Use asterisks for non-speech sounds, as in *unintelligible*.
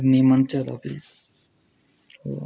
ओह् निं मनचै तां भी *unintelligible*